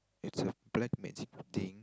it's a black magic thing